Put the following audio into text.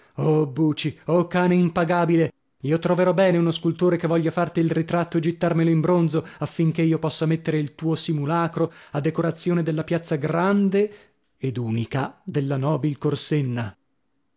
o buci o cane impagabile io troverò bene uno scultore che voglia farti il ritratto e gittarmelo in bronzo affinchè io possa mettere il tuo simulacro a decorazione della piazza grande ed unica della nobil corsenna